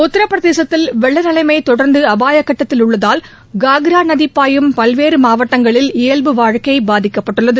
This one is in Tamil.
உத்திரபிரதேசத்தில் வெள்ள நிலைமை தொடர்ந்து அபாய கட்டத்தில் உள்ளதால் காக்ரா நதி பாயும் பல்வேறு மாவட்டங்களில் இயல்பு வாழ்க்கை பாதிக்கப்பட்டுள்ளது